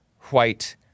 white